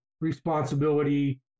responsibility